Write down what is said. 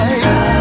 time